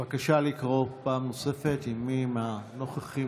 בבקשה לקרוא פעם נוספת אם מי מהנוכחים,